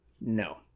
No